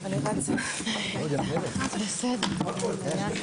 הישיבה ננעלה בשעה 10:36.